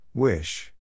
Wish